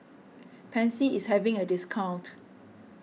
Pansy is having a discount